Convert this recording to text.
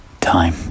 time